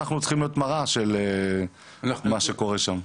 אנחנו צריכים להיות מראה של מה שקורה שם.